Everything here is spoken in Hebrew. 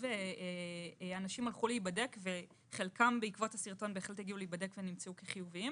אנשים הלכו להיבדק וחלקם נמצאו כחיוביים.